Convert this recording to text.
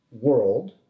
world